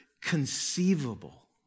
conceivable